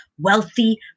wealthy